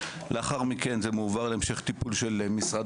לאחר מכן זה מועבר להמשך טיפול של משרד